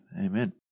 amen